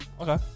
Okay